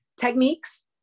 techniques